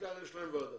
העיקר שיש להם ועדה.